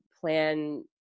plan